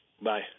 Bye